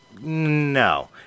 No